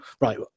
right